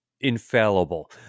infallible